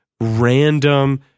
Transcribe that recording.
random